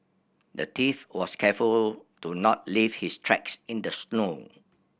the thief was careful to not leave his tracks in the snow